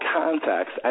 context